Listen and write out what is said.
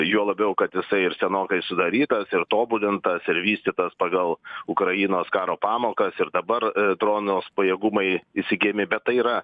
juo labiau kad jisai ir senokai sudarytas ir tobulintas ir vystytas pagal ukrainos karo pamokas ir dabar dronus pajėgumai išsikiemi bet tai yra